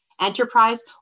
enterprise